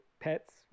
pets